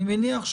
אני מניח,